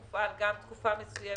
אני פותח את ישיבת